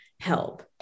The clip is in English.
Help